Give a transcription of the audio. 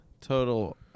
total